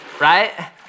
Right